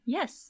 Yes